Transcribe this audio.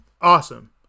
Awesome